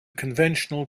conventional